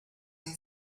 and